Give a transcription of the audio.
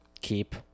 Keep